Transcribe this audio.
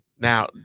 Now